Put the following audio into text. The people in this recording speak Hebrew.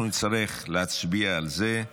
אנחנו נצטרך להצביע על זה.